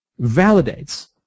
validates